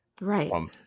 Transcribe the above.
right